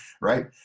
Right